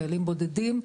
חיילים בודדים,